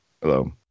Hello